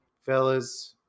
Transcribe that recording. Fellas